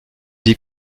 die